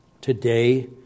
today